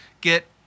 Get